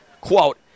quote